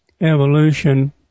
evolution